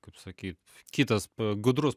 kaip sakyt kitas gudrus